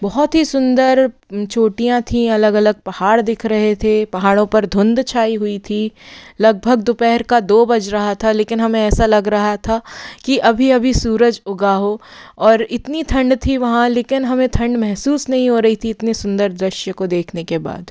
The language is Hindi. बहुत ही सुन्दर चोटियाँ थी अलग अलग पहाड़ दिख रहे थे पहाड़ों पर धुंध छाई हुई थी लगभग दोपहर का दो बज रहा था लेकिन हमें ऐसा लग रहा था कि अभी अभी सूरज उगा हो और इतनी ठंड थी वहाँ लेकिन हमें ठंड महसूस नहीं हो रही थी इतनी सुंदर दृश्य को देखने के बाद